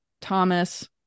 Thomas